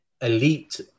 elite